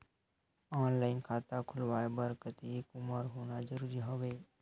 Online खाता खुलवाय बर कतेक उमर होना जरूरी हवय?